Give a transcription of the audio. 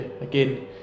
again